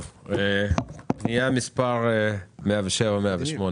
פנייה מספר 107,108